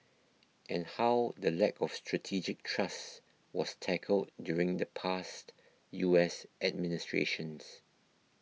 and how the lack of strategic trust was tackled during the past U S administrations